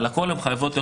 על הכול הן חייבות להיות